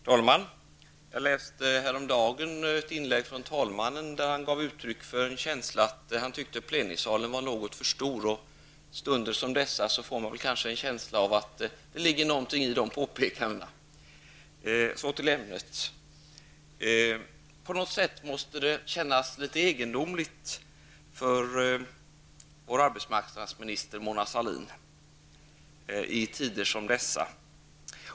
Herr talman! Jag läste häromdagen ett inlägg från talmannen där han gav uttryck för en känsla att han tyckte att plenisalen var något för stor. Och i stunder som de får man en känsla av att det ligger något i dessa påpekanden. Så till ämnet. På något sätt måste det kännas litet egendomligt för vår arbetsmarknadsminister Mona Sahlin i tider som dessa.